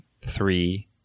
three